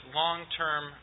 long-term